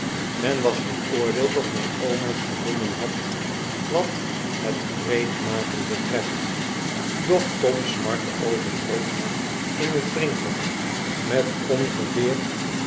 men was van oordeel dat mijn oom het gewonnen had wat het gereedmaken betreft doch tom smart overtrof hem in het drinken met ongeveer